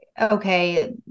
okay